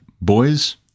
boys